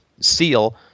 Seal